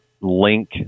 link